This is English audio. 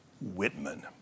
Whitman